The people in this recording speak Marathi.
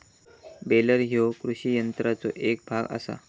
बेलर ह्यो कृषी यंत्राचो एक भाग आसा